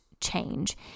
change